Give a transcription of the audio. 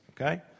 okay